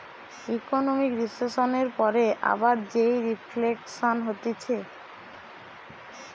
economic রিসেসনের পরে আবার যেই রিফ্লেকশান হতিছে